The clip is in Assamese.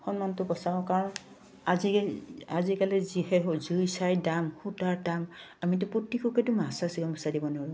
সন্মানটো বচাওঁ কাৰণ আজি আজিকালি যিহে জুই চাই দাম সূতাৰ দাম আমিতো প্ৰত্যেককেতো মাছচাৰ্জ গামোচা দিব নোৱাৰোঁ